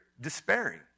despairing